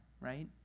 right